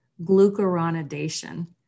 glucuronidation